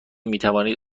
میتوانید